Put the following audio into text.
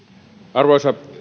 arvoisa